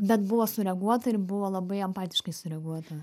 bet buvo sureaguota ir buvo labai empatiškai sureaguota